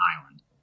island